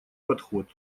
подход